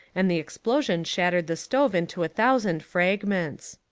and the explosion shattered the stove into a thousand fragments.